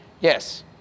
yes